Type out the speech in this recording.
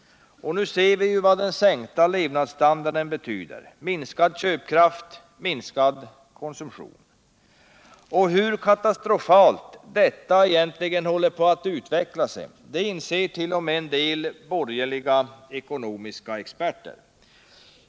Vi ser ju nu vad den sänkta levnadsstandarden betyder: minskad köpkraft och minskad konsumtion. Hur katastrofalt det håller på att utveckla sig insert.o.m. en del borgerliga ekonomiska experter.